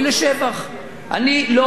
אני לא אוהב את העלאת המע"מ,